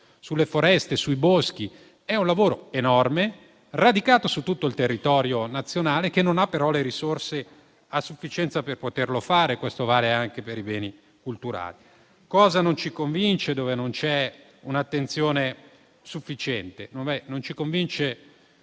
nelle foreste, nei boschi. È un lavoro enorme, radicato su tutto il territorio nazionale, che non ha però risorse a sufficienza per essere portato a termine. Questo vale anche per i beni culturali. Cosa non ci convince, dove manca un'attenzione sufficiente? Non ci convince